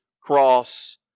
cross